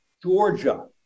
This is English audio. Georgia